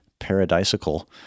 paradisical